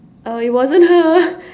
uh it wasn't her